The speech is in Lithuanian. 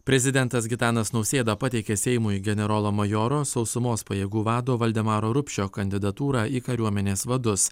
prezidentas gitanas nausėda pateikė seimui generolo majoro sausumos pajėgų vado valdemaro rupšio kandidatūrą į kariuomenės vadus